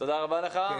תודה רבה לך,